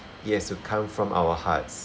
it has to come from our hearts